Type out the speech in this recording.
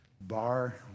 bar